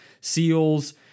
seals